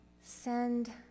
send